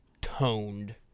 toned